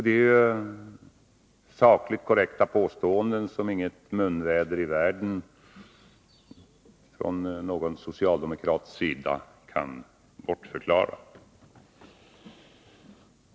Det är ju sakligt korrekta påståenden som inget munväder i världen från Nr 24 socialdemokratisk sida kan bortförklara.